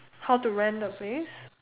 how to rent the place